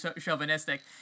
chauvinistic